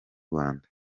rwanda